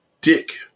dick